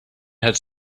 had